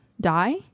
die